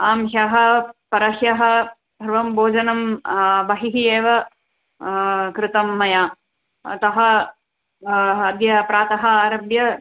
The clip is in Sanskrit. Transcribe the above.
आं ह्यः परह्यः एवं भोजनं बहिः एव कृतं मया अतः अद्य प्रातः आरभ्य